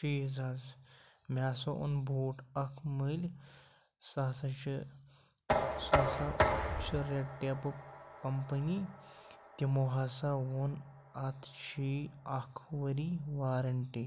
چیٖز حظ مےٚ ہَسا اوٚن بوٗٹ اَکھ مٔلۍ سُہ ہَسا چھِ سُہ ہَسا چھِ رٮ۪ڈ ٹیپُک کَمپٔنی تِمو ہَسا ووٚن اَتھ چھی اَکھ ؤری وارنٹی